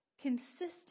consistent